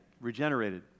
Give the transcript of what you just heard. regenerated